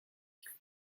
unan